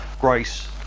grace